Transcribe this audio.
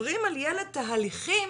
עוברים על ילד תהליכים